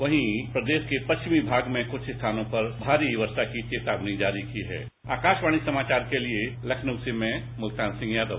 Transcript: साथ ही प्रदेश के पश्चिमी भाग में कुछ स्थानों पर भारी वर्षा की चेतावनी जारी की है आकाशवाणी समाचार के लिए लखनऊ से मैं मुल्तान सिंह यादव